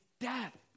death